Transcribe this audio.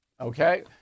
Okay